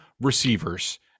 receivers